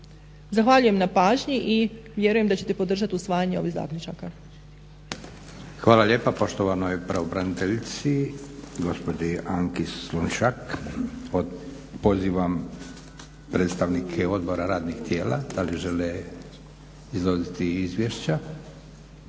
Zahvaljujem na pažnji i vjerujem da ćete podržati usvajanje ovih zaključaka. **Leko, Josip (SDP)** Hvala lijepa poštovanoj pravobraniteljici gospođi Anki Slonjšak. Pozivam predstavnike odbora radnih tijela da li žele izložiti izvješća.